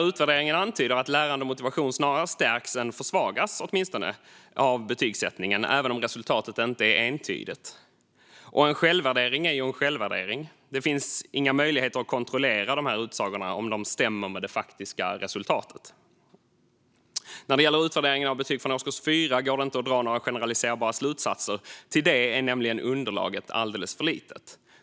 Utvärderingen antyder att lärande och motivation snarare har stärkts än försvagats av betygsättningen, även om resultatet inte är entydigt. En självvärdering är ju en självvärdering, och det finns inga möjligheter att kontrollera om utsagorna stämmer med det faktiska resultatet. När det gäller utvärderingen av betyg från årskurs 4 går det inte att dra några generaliserbara slutsatser. För detta är underlaget nämligen alldeles för litet.